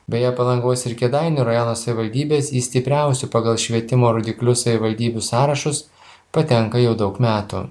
beje palangos ir kėdainių rajono savivaldybės į stipriausių pagal švietimo rodiklius savivaldybių sąrašus patenka jau daug metų